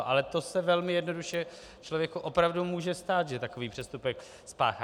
Ale to se velmi jednoduše člověku opravdu může stát, že takový přestupek spáchá.